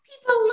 People